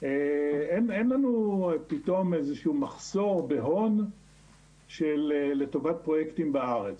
אין לנו פתאום איזה שהוא מחסור בהון לטובת פרויקטים בארץ,